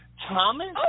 Thomas